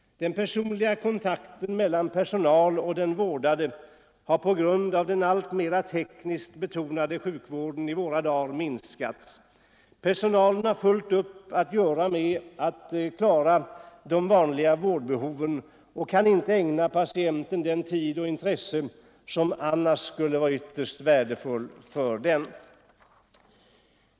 Den personliga kontakten mellan personalen och den vårdade har på grund av den alltmer tekniskt betonade sjukvården i våra dagar minskat. Personalen har fullt upp med att klara de vanliga vårdbehoven och kan inte ägna patienten den tid och det intresse som skulle ha varit så värdefulla för patienten.